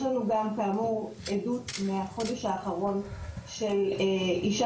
יש לנו גם כאמור עדות מהחודש האחרון של אישה